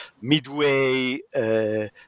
midway